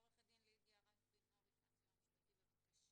עורכת דין לידיה רבינוביץ מהסיוע המשפטי, בבקשה.